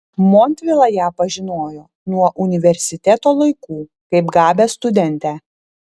montvila ją pažinojo nuo universiteto laikų kaip gabią studentę